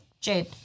Jade